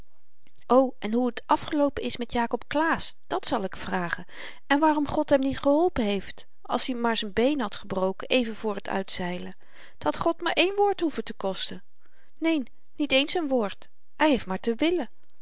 o en hoe t afgeloopen is met jakob claesz dat zal ik vragen en waarom god hem niet geholpen heeft als i maar z'n been had gebroken even voor t uitzeilen t had god maar één woord hoeven te kosten neen niet eens n woord hy heeft maar te willen